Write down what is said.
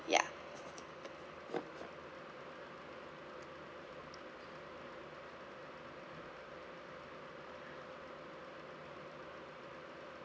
ya